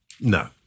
No